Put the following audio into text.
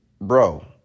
bro